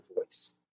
voice